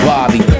Bobby